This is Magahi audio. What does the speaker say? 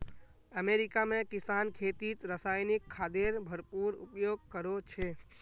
अमेरिका में किसान खेतीत रासायनिक खादेर भरपूर उपयोग करो छे